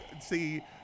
see